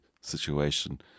situation